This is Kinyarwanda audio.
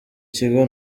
kigo